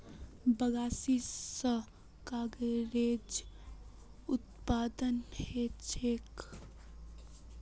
बगासी स कागजेरो उत्पादन ह छेक